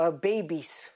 babies